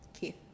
Keith